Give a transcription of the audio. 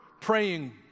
praying